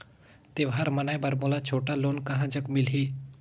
त्योहार मनाए बर मोला छोटा लोन कहां जग मिलही?